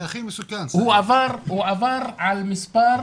הוא עבר על מספר